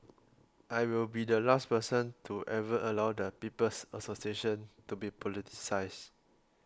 I will be the last person to ever allow the People's Association to be politicised